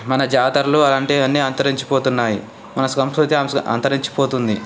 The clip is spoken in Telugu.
మన జాతరలు అలాంటివి అన్ని అంతరించి పోతున్నాయి మన సంస్కృతి అంశ అంతరించిపోతోంది